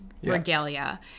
regalia